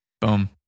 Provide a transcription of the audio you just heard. Boom